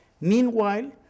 Meanwhile